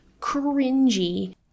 cringy